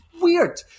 weird